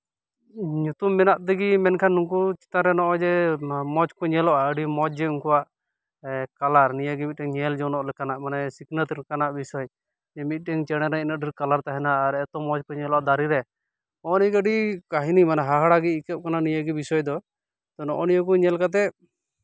ᱧᱩᱛᱩᱢ ᱢᱮᱱᱟᱜ ᱛᱮᱜᱮ ᱢᱮᱱᱠᱷᱟᱱ ᱱᱩᱠᱩ ᱪᱮᱛᱟᱱ ᱨᱮ ᱱᱚᱜᱼᱚᱭ ᱡᱮ ᱢᱚᱡᱽ ᱠᱚ ᱧᱮᱞᱚᱜᱼᱟ ᱟᱹᱰᱤ ᱢᱚᱡᱽ ᱡᱮ ᱩᱱᱠᱩᱣᱟᱜ ᱠᱟᱞᱟᱨ ᱱᱤᱭᱟᱹᱜᱮ ᱢᱤᱫᱴᱮᱱ ᱧᱮᱞ ᱡᱚᱱᱚᱜ ᱞᱮᱠᱟᱱᱟᱜ ᱢᱟᱱᱮ ᱥᱤᱠᱷᱱᱟᱹᱛ ᱞᱮᱠᱟᱱᱟᱜ ᱵᱤᱥᱚᱭ ᱢᱤᱫᱴᱮᱱ ᱪᱮᱬᱮ ᱫᱚ ᱤᱱᱟᱹᱜ ᱰᱷᱮᱨ ᱠᱟᱞᱟᱨ ᱛᱟᱦᱮᱱᱟ ᱟᱨ ᱮᱛᱚ ᱢᱚᱡᱽ ᱠᱚ ᱧᱮᱞᱚᱜᱼᱟ ᱫᱟᱨᱮ ᱨᱮ ᱱᱚᱜᱼᱚ ᱱᱤᱭᱟᱹ ᱟᱹᱰᱤ ᱠᱟᱹᱦᱱᱤ ᱜᱮ ᱦᱟᱦᱟᱲᱟᱜ ᱜᱮ ᱟᱹᱭᱠᱟᱹᱜ ᱠᱟᱱᱟ ᱱᱤᱭᱟᱹᱜᱮ ᱵᱤᱥᱚᱭ ᱫᱚ ᱱᱚᱜᱼᱚ ᱱᱤᱭᱟᱹ ᱠᱚ ᱧᱮᱞ ᱠᱟᱛᱮᱜ